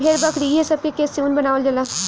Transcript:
भेड़, बकरी ई हे सब के केश से ऊन बनावल जाला